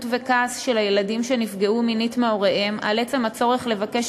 וכעס של הילדים שנפגעו מינית מהוריהם על עצם הצורך לבקש